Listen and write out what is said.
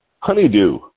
Honeydew